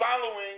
following